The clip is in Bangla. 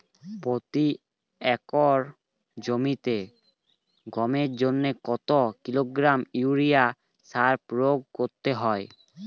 প্রতি একর জমিতে গমের জন্য কত কিলোগ্রাম ইউরিয়া সার প্রয়োগ করতে হয়?